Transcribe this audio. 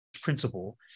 principle